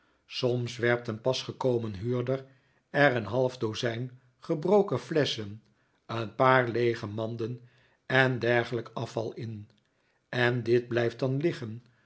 soms werpt een pas gekomen huurder er een half dozijn gebroken flesschen een paar leege manden en dergelijk afval in en dit blijft dan liggen